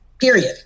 Period